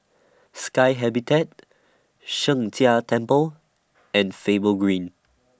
Sky Habitat Sheng Jia Temple and Faber Green